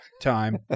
time